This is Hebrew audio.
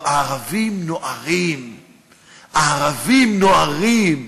הערבים נוהרים, הערבים נוהרים?